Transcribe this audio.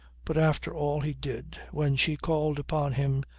but after all he did, when she called upon him,